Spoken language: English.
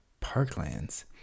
parklands